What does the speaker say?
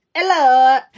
Hello